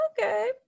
okay